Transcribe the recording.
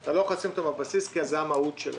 אתה לא יכול להוציא אותם מהבסיס כי זאת המהות שלהם.